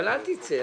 אל תצא.